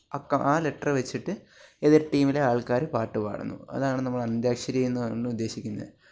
അക്കം ആ ലെറ്ററ് വച്ചിട്ട് എതിര് ടീമിലെ ആള്ക്കാർ പാട്ട് പാടുന്നു അതാണ് നമ്മൾ അന്താക്ഷരി എന്ന് കൊണ്ട് ഉദേശിക്കുന്നത്